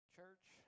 Church